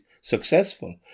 successful